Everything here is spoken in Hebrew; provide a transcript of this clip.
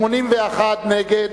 81 נגד,